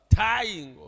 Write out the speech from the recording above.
tying